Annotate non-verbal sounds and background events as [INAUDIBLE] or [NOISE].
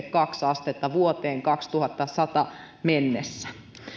[UNINTELLIGIBLE] kaksi astetta vuoteen kaksituhattasata mennessä